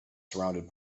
surrounded